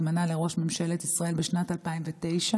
התמנה לראש ממשלת ישראל בשנת 2009,